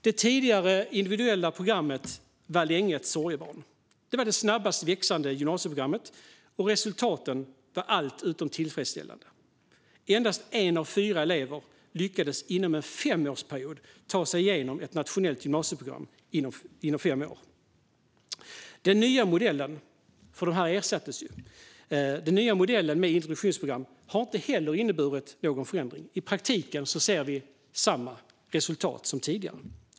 Det tidigare individuella programmet var länge ett sorgebarn. Det var det snabbast växande gymnasieprogrammet, och resultaten var allt utom tillfredsställande. Endast en av fyra elever lyckades inom en femårsperiod ta sig igenom ett nationellt gymnasieprogram. Det individuella programmet ersattes med introduktionsprogram, men den nya modellen har inte heller inneburit någon förändring. I praktiken ser vi samma resultat som tidigare.